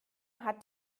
hat